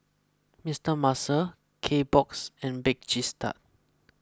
Mister Muscle Kbox and Bake Cheese Tart